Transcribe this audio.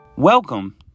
Welcome